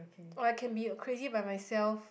or I can be a crazy by myself